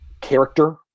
character